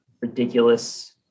ridiculous